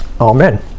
Amen